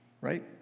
Right